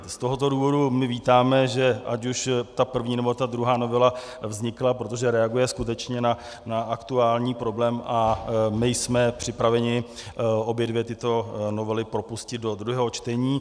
Z tohoto důvodu my vítáme, že ať už ta první, nebo ta druhá novela vznikla, protože reaguje skutečně na aktuální problém, a jsme připraveni obě dvě tyto novely propustit do druhého čtení.